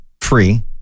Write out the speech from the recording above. free